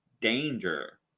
danger